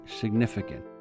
significant